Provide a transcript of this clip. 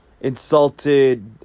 insulted